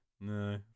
no